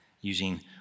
using